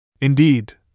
Indeed